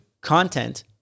content